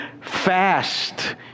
fast